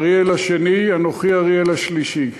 אריאל השני, אנוכי אריאל השלישי.